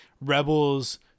Rebels